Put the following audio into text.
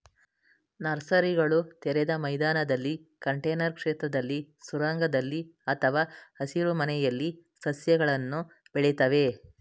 ನರ್ಸರಿಗಳು ತೆರೆದ ಮೈದಾನದಲ್ಲಿ ಕಂಟೇನರ್ ಕ್ಷೇತ್ರದಲ್ಲಿ ಸುರಂಗದಲ್ಲಿ ಅಥವಾ ಹಸಿರುಮನೆಯಲ್ಲಿ ಸಸ್ಯಗಳನ್ನು ಬೆಳಿತವೆ